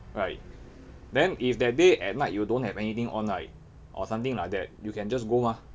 right then if that day at night you don't have anything on right or something like that you can just go mah